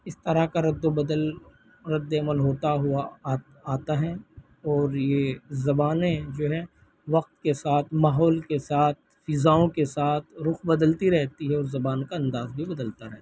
اس طرح کا رد و بدل رد عمل ہوتا ہوتا ہوا آتا ہے اور یہ زبانیں جو ہیں وقت کے ساتھ ماحول کے ساتھ فضاؤں کے ساتھ رخ بدلتی رہتی ہے اس زبان کا انداز بھی بدلتا رہتا ہے